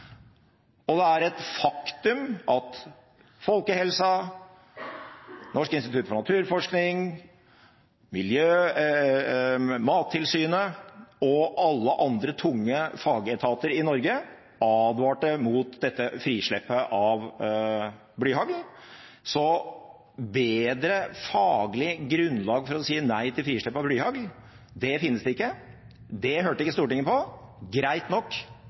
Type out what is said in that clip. og det er et faktum at Folkehelseinstituttet, Norsk institutt for naturforskning, Mattilsynet og alle andre tunge fagetater i Norge advarte mot dette frislippet av blyhagl. Bedre faglig grunnlag for å si nei til frislipp av blyhagl finnes ikke. Det hørte ikke Stortinget på – greit nok,